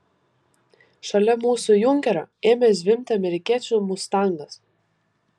šalia mūsų junkerio ėmė zvimbti amerikiečių mustangas